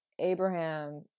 Abraham